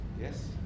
Yes